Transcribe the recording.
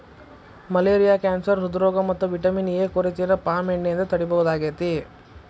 malaria cancer ಹ್ರೃದ್ರೋಗ ಮತ್ತ vitamin A ಕೊರತೆನ ಪಾಮ್ ಎಣ್ಣೆಯಿಂದ ತಡೇಬಹುದಾಗೇತಿ